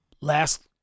last